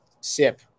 sip